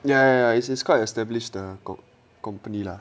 ya ya ya it's it's quite established com~ company lah